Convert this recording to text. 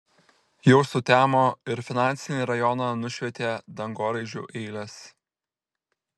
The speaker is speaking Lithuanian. jau sutemo ir finansinį rajoną nušvietė dangoraižių eilės